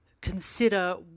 consider